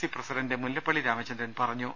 C president Mullappally Ramachandran പറഞ്ഞു